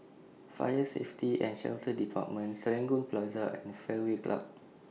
Fire Safety and Shelter department Serangoon Plaza and Fairway Club